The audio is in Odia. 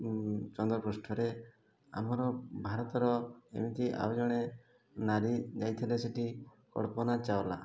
ଚନ୍ଦ୍ରପୃଷ୍ଠରେ ଆମର ଭାରତର ଏମିତି ଆଉ ଜଣେ ନାରୀ ଯାଇଥିଲେ ସେଠି କଳ୍ପନା ଚାୱଲା